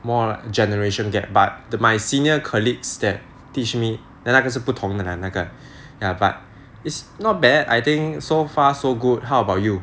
more like generation gap but my senior colleagues that teach me then 那个是不同的 leh 那个 ya but is not bad I think so far so good how about you